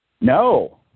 No